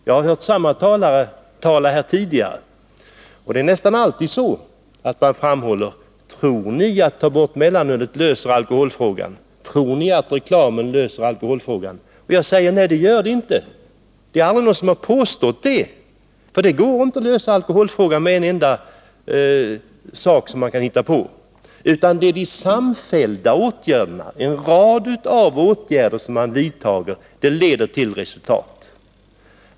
Jag har emellertid hört samma talare tidigare, och nästan alltid har de sagt: Tror ni att borttagandet av mellanölet löser alkoholfrågan eller att borttagandet av reklamen gör det? Mitt svar är: Nej, det tror jag inte. Ingen har påstått någonting sådant. Alkoholfrågan kan inte lösas med en enda åtgärd. Det är en rad av åtgärder som leder till resultat.